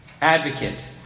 Advocate